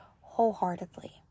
wholeheartedly